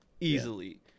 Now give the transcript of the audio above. easily